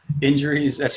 Injuries